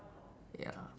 ya